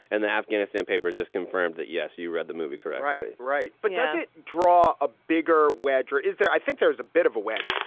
and the afghanistan papers just confirmed that. yes, you read the movie, correct? right. right. but does it draw a bigger wedge or is there i think there's a bit of a wedge,